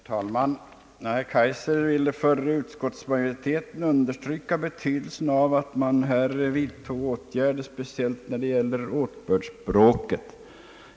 Herr talman! Herr Kaijser vill för utskottsmajoriteten understryka betydelsen av att vidta åtgärder speciellt när det gäller åtbördsspråket.